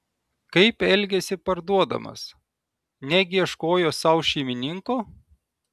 kaip elgėsi parduodamas negi ieškojo sau šeimininko